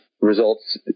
results